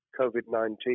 COVID-19